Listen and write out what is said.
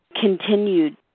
continued